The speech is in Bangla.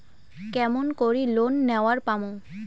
কেমন করি লোন নেওয়ার পামু?